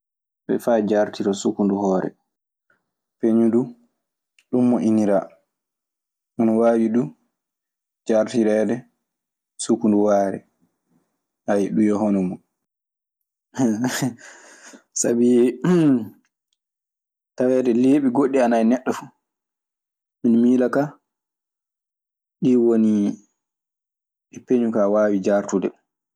Faa laɓa leeɓi neɗɗo. Peñu du ɗun moƴƴiniraa. Ana waawi du jaartireede sukundu waare. ɗun e honomun. Sabii taweede leeɓi goɗɗi ana e neɗɗo fu, miɗe miila ka ɗii woni ɗi peñu kaa waawi jaartude ɗii.